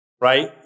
right